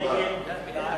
מליאה זה בעד.